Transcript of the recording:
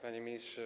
Panie Ministrze!